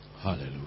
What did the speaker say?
Hallelujah